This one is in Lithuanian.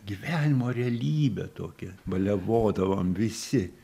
gyvenimo realybė tokia baliavodavom visi